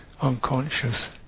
unconscious